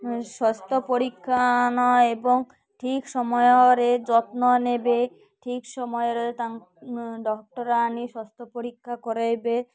ସ୍ୱାସ୍ଥ୍ୟ ପରୀକ୍ଷା ନ ଏବଂ ଠିକ୍ ସମୟରେ ଯତ୍ନ ନେବେ ଠିକ୍ ସମୟରେ ଡକ୍ଟର ଆଣି ସ୍ୱାସ୍ଥ୍ୟ ପରୀକ୍ଷା କରାଇବେ